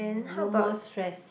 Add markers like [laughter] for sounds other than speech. [noise] no more stress